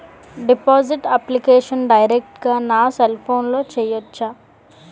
Deposit application direct గా నా cell ఫోన్లో చెయ్యచా?